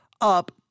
up